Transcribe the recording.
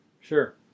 Sure